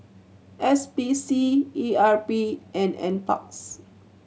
S P C E R P and Nparks